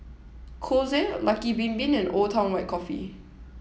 Kose Lucky Bin Bin and Old Town White Coffee